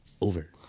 over